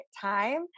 time